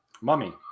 mummy